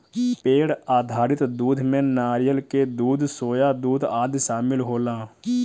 पेड़ आधारित दूध में नारियल के दूध, सोया दूध आदि शामिल होला